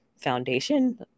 foundation